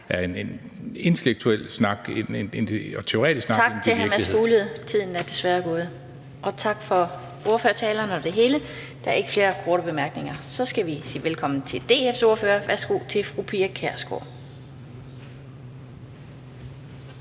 Den fg. formand (Annette Lind): Tak til hr. Mads Fuglede. Tiden er desværre gået. Og tak for ordførertalerne og det hele, der er ikke flere korte bemærkninger. Så skal vi sige velkommen til DF's ordfører. Værsgo til fru Pia Kjærsgaard.